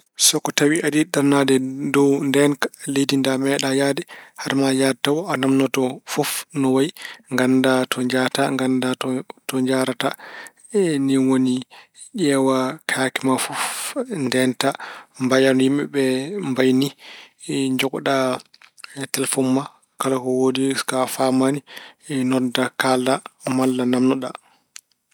So ko tawi aɗa yiɗi ɗannaade e dow ndeenka leydi ndi a meeɗa yahde, hade ma yahde tawa, a naamnoto fof no wayi, ngannda to njahata, ngannda to njahrata. Ni woni ƴeewa kaake ma fof ndeenta. Mbaya no yimɓe ɓe mbay ni. Njogoɗa telefoŋ ma, so woodi ka faamaani, nodda kaala malla naamnoɗa.